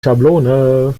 schablone